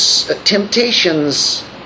temptations